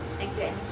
Okay